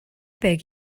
beg